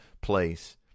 place